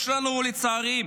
יש לנו, לצערי,